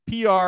PR